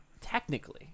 Technically